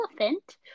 Elephant